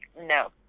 no